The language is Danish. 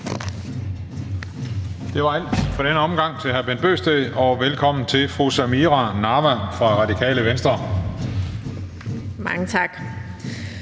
Det var alt i denne omgang til hr. Bent Bøgsted. Velkommen til fru Samira Nawa fra Radikale Venstre. Kl.